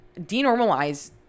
denormalize